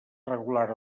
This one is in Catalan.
regular